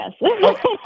Yes